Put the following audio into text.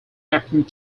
acting